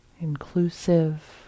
inclusive